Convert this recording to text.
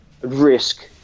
risk